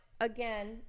again